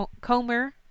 Comer